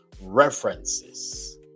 references